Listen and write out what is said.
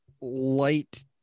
Light